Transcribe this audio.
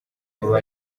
baba